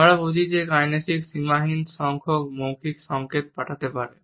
আমরা বুঝি যে কাইনেসিক্স সীমাহীন সংখ্যক মৌখিক সংকেত পাঠাতে পারে